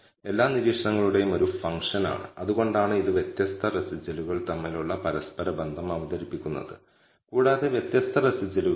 അതിനാൽ പരാമീറ്ററുകളുടെ ഡിസ്ട്രിബൂഷൻ നിങ്ങൾ ഉരുത്തിരിഞ്ഞുകഴിഞ്ഞാൽ 0 ൽ നിന്ന് കാര്യമായ വ്യത്യാസമുണ്ടോ എന്ന് തീരുമാനിക്കാൻ നമ്മൾക്ക് ഹൈപോതെസിസ് ടെസ്റ്റിംഗ് നടത്താം